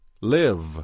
Live